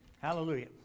Hallelujah